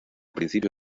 principio